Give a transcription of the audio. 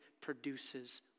produces